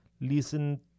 Listen